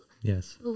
yes